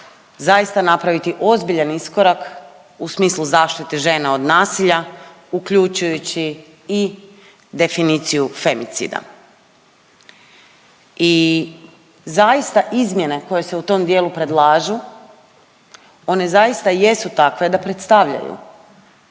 zaista napraviti ozbiljan iskorak u smislu zaštite žena od nasilja uključujući i definiciju femicida. I zaista izmjene koje se u tom dijelu predlažu, one zaista jesu takve da predstavljaju